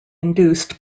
induced